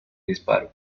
disparo